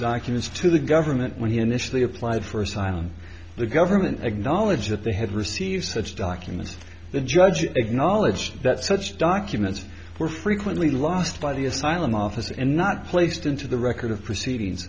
documents to the government when he initially applied for asylum the government acknowledge that they had received such documents the judge acknowledged that such documents were frequently lost by the asylum office and not placed into the record of proceedings